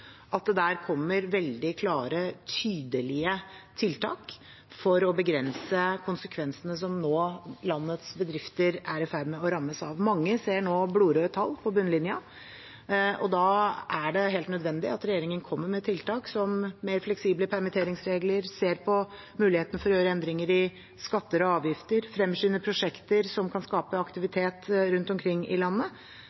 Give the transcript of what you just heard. at det der kommer veldig klare, tydelige tiltak for å begrense konsekvensene som landets bedrifter nå er i ferd med å rammes av. Mange ser nå blodrøde tall på bunnlinjen, og da er det helt nødvendig at regjeringen kommer med tiltak som mer fleksible permitteringsregler, ser på mulighetene for å gjøre endringer i skatter og avgifter og fremskynder prosjekter som kan skape